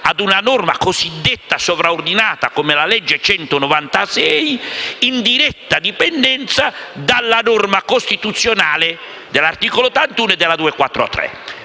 ad una norma cosiddetta sovraordinata, come la legge n. 196 del 2009, in diretta dipendenza dalla norma costituzionale dell'articolo 81 e dalla n.